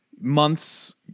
months